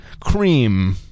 Cream